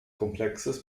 komplexes